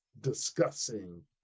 discussing